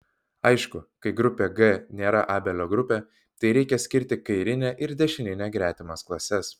aišku kai grupė g nėra abelio grupė tai reikia skirti kairinę ir dešininę gretimas klases